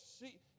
see